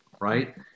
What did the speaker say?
Right